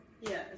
Yes